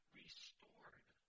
restored